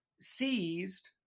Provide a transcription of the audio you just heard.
seized